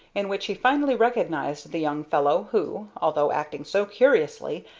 in which he finally recognized the young fellow who, although acting so curiously,